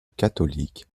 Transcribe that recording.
catholique